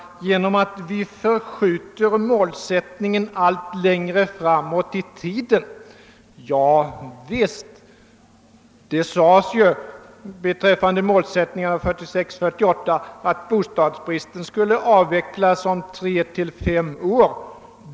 Jo, genom att skjuta målsättningen allt längre framåt i tiden. Javisst, beträffande målsättningen sades ju 1946—1948 att bostadsbristen skulle avvecklas inom tre till fem år.